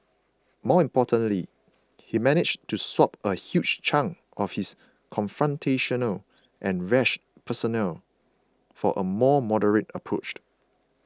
more importantly he managed to swap a huge chunk of his confrontational and rash persona for a more moderate approach